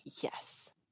yes